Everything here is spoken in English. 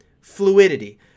fluidity